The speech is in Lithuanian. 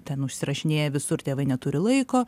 ten užsirašinėja visur tėvai neturi laiko